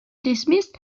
dismissed